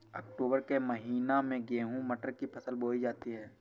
अक्टूबर के महीना में गेहूँ मटर की फसल बोई जाती है